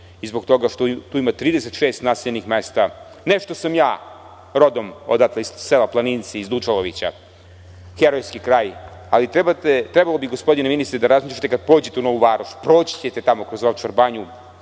i zbog toga što ima tu 36 naseljenih mesta, ne zato što sam ja rodom iz sela Planinci, iz Dučalovića, herojski kraj, ali trebalo bi gospodine ministre da razmišljate kada pođete u Novu Varoš, proći ćete tamo kroz Ovčar banju,